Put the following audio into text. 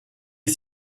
est